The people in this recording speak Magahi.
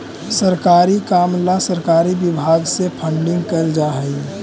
सरकारी काम ला सरकारी विभाग से फंडिंग कैल जा हई